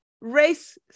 race